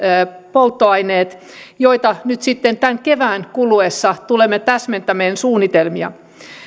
polttoaineet joiden suunnitelmia nyt sitten tämän kevään kuluessa tulemme täsmentämään